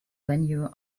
venue